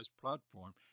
platform